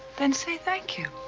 then say thank you.